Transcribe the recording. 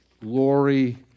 glory